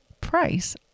price